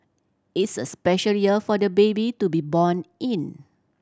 it's a special year for the baby to be born in